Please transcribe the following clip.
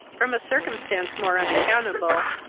from a circumstance more unaccountable,